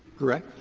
correct?